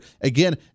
Again